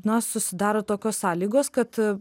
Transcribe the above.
na susidaro tokios sąlygos kad